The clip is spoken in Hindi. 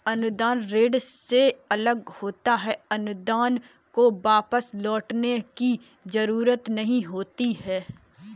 अनुदान ऋण से अलग होता है अनुदान को वापस लौटने की जरुरत नहीं होती है